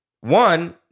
One